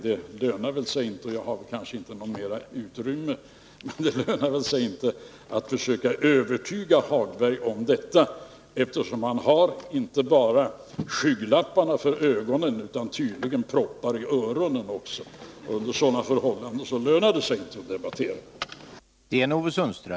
Det lönar sig inte — och jag har kanske inte heller mera utrymme till mitt förfogande — att försöka övertyga Lars-Ove Hagberg om detta. Han har inte bara skygglappar för ögonen utan tydligen också proppar i öronen. Under sådana förhållanden lönar det sig inte att debattera.